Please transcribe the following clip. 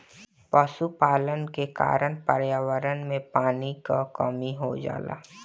पशुपालन के कारण पर्यावरण में पानी क कमी हो जाला